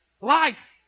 Life